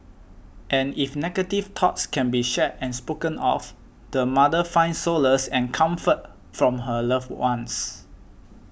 and if negative thoughts can be shared and spoken of the mother finds solace and comfort from her loved ones